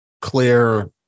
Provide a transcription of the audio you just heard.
clear